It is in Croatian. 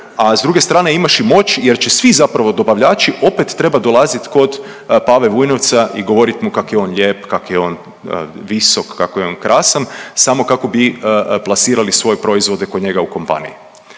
a s druge strane imaš i moć jer će svi zapravo dobavljači opet trebat dolazit kod Pave Vujnovca i govorit mu kak je on lijep, kak je on visok, kak je on krasan, samo kako bi plasirali svoje proizvode kod njega u kompaniji.